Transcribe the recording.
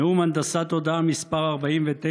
נאום הנדסת תודעה מס' 49,